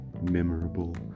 memorable